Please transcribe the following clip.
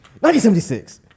1976